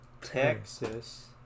Texas